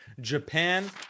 japan